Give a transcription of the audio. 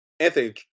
Anthony